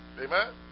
Amen